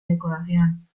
decoración